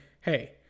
hey